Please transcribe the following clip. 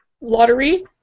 lottery